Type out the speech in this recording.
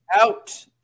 out